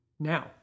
Now